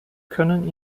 können